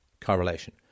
correlation